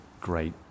great